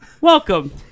Welcome